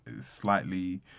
slightly